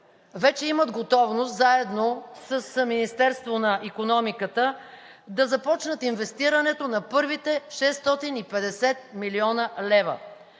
вече имат готовност заедно с Министерството на икономиката да започнат инвестирането на първите 650 млн. лв.